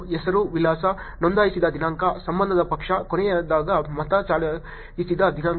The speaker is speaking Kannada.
ಹೆಸರು ವಿಳಾಸ ನೋಂದಾಯಿಸಿದ ದಿನಾಂಕ ಸಂಬಂಧದ ಪಕ್ಷ ಕೊನೆಯದಾಗಿ ಮತ ಚಲಾಯಿಸಿದ ದಿನಾಂಕ